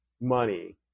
money